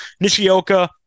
Nishioka